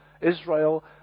Israel